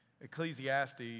Ecclesiastes